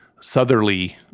southerly